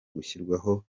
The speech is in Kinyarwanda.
gushyirwaho